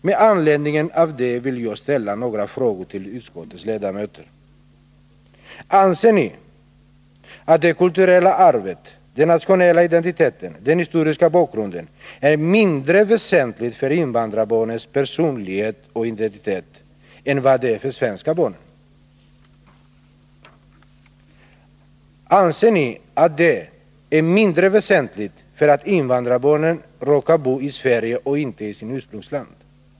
Med anledning av det vill jag ställa några frågor till utskottets ledamöter: Anser ni att det kulturella arvet, den nationella identiteten, den historiska bakgrunden är mindre väsentlig för invandrarbarnens personlighet och identitet än för de svenska barnen? Anser ni att det är mindre väsentligt därför att invandrarbarnen råkar bo i Sverige och inte i sitt ursprungsland?